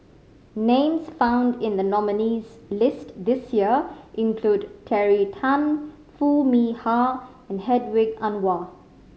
names found in the nominees' list this year include Terry Tan Foo Mee Har and Hedwig Anuar